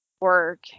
work